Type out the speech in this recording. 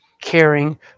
caring